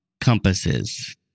compasses